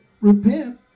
repent